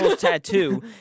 tattoo